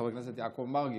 חבר הכנסת יעקב מרגי,